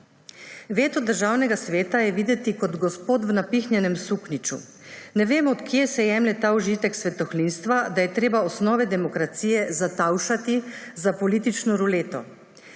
Veto Državnega sveta je videti kot gospod v napihnjenem suknjiču. Ne vemo, od kod se jemlje ta užitek svetohlinstva, da je treba osnove demokracije zatavšati za politično ruleto.